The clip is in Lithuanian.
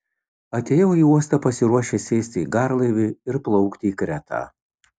atėjau į uostą pasiruošęs sėsti į garlaivį ir plaukti į kretą